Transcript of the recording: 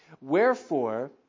Wherefore